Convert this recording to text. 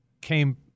came